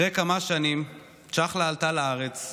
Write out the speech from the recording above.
אחרי כמה שנים צ'חלה עלתה לארץ,